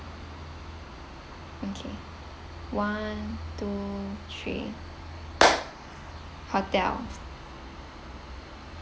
okay one two three hotel